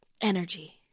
energy